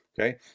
okay